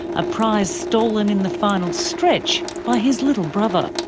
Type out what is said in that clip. a prize stolen in the final stretch by his little brother.